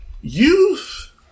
youth